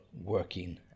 working